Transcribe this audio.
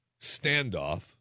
standoff